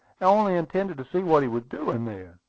only intended to see what he was doing there.